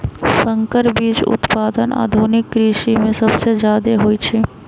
संकर बीज उत्पादन आधुनिक कृषि में सबसे जादे होई छई